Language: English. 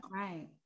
Right